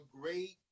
great